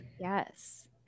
Yes